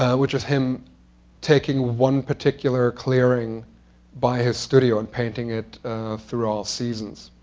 ah which was him taking one particular clearing by his studio and painting it through all seasons.